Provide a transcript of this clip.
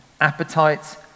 appetites